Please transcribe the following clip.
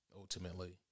ultimately